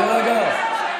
תירגע.